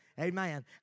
Amen